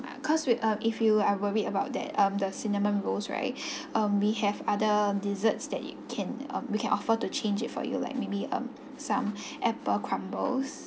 cause we um if you are worried about that um the cinnamon rolls right um we have other desserts that you can um we can offer to change it for you like maybe um some apple crumbles